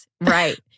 Right